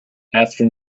after